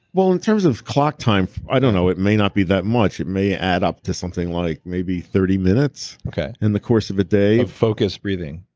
well, in terms of clock time, i don't know, it may not be that much. it may add up to something like maybe thirty minutes in the course of a day of focused breathing?